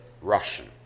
Russian